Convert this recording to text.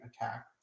attack